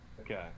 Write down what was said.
okay